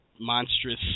monstrous